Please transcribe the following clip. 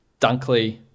Dunkley